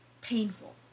painful